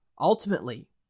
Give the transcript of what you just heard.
Ultimately